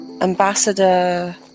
ambassador